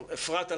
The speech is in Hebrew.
אפרת,